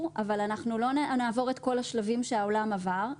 אבל אנחנו לא נעבור את כל השלבים שהעולם עבר.